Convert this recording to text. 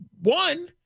one